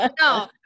No